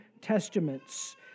Testaments